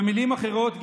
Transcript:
במילים אחרות,